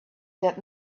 said